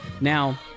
Now